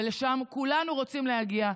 ולשם כולנו רוצים להגיע.